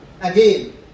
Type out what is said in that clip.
Again